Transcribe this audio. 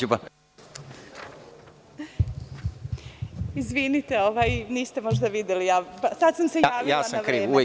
Izvinite, niste možda videli, sada sam se javila.